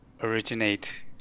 originate